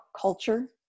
culture